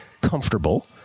comfortable